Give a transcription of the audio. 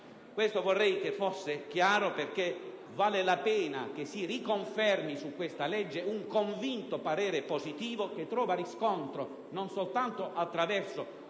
Questo vorrei che fosse chiaro, perché vale la pena che si riconfermi su questa legge un convinto parere positivo, che trova riscontro non soltanto attraverso